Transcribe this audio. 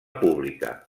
pública